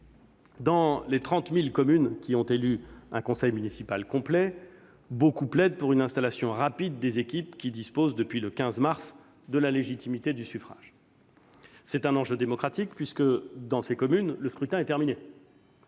Dans les 30 000 communes qui ont élu un conseil municipal complet, beaucoup plaident pour une installation rapide des équipes qui disposent depuis le 15 mars de la légitimité du suffrage. C'est un enjeu démocratique puisque le scrutin est terminé